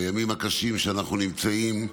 הימים הקשים שאנחנו נמצאים בהם,